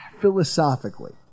Philosophically